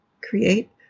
create